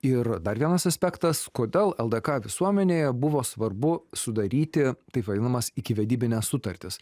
ir dar vienas aspektas kodėl ldk visuomenėje buvo svarbu sudaryti taip vadinamas ikivedybines sutartis